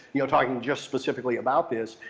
you know, talking just specifically about this.